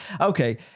Okay